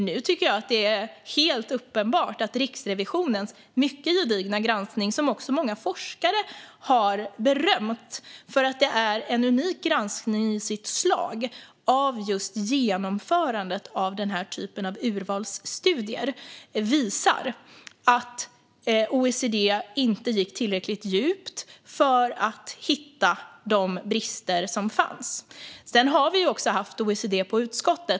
Nu är det uppenbart att Riksrevisionens mycket gedigna granskning, som många forskare har berömt för att vara en unik granskning av just genomförandet av den här typen av urvalsstudier, visar att OECD inte gick tillräckligt djupt för att hitta de brister som fanns. Utskottet har också haft OECD på besök.